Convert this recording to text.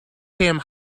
him